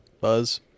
Buzz